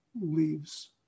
leaves